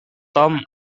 tom